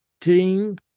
team